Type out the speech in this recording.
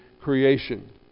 creation